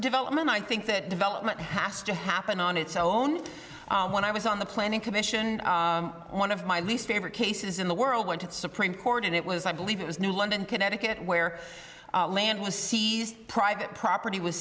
development i think that development has to happen on its own when i was on the planning commission one of my least favorite cases in the world went to the supreme court and it was i believe it was new london connecticut where land was seized private